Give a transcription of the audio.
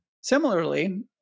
Similarly